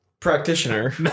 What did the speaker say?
practitioner